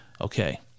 Okay